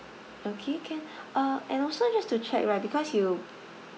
okay can uh and also just to check right because you